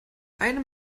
einem